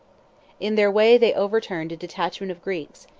in their way they overturned a detachment of greeks,